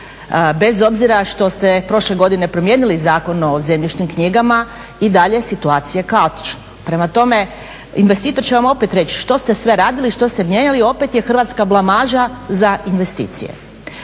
Bez obzira što ste prošle godine promijenili Zakon o zemljišnim knjigama i dalje je situacija kaotična. Prema tome, investitor će vam opet reći što ste sve radili i što ste mijenjali opet je Hrvatska blamaža za investicije.